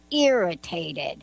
irritated